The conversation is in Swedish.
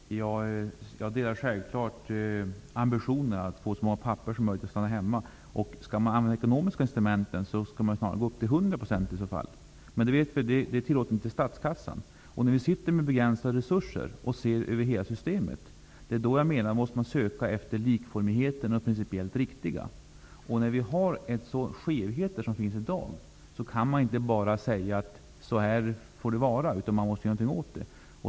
Herr talman! Jag delar självfallet ambitionen att få så många pappor som möjligt att stanna hemma. Skall man använda ekonomiska incitament i det sammanhanget skall man i så fall snarare gå upp till 100 %, men vi vet att statskassan inte tillåter det. När nu resurserna är begränsade och vi ser över hela systemet, måste vi söka efter likformigheten och det principiellt riktiga. Med sådana skevheter som finns i dag kan man inte bara säga att det får vara som det är, utan man måste göra någonting åt det.